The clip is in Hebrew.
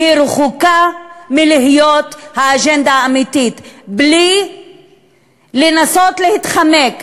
רחוקה מלהיות האג'נדה האמיתית, בלי לנסות להתחמק.